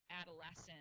adolescent